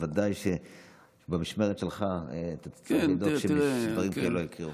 ודאי שבמשמרת שלך אתה תצטרך לדאוג שדברים כאלה לא יקרו.